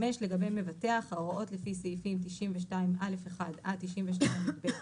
לגבי מבטח ההוראות לפי סעיפים 92א1 עד 92יב,